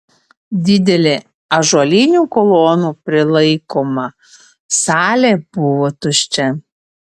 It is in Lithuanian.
didelė ąžuolinių kolonų prilaikoma salė buvo tuščia